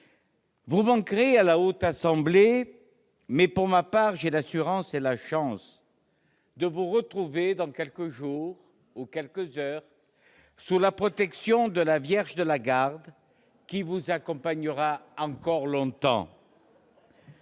Vous manquerez à la Haute Assemblée, mais, pour ma part, j'ai l'assurance-et j'aurai la chance -de vous retrouver dans quelques jours, ou quelques heures, sous la protection de la Vierge de la Garde, ... Priez pour nous !... qui vous accompagnera encore longtemps.